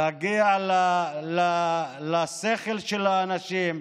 להגיע לשכל של האנשים,